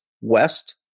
west